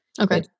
Okay